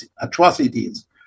atrocities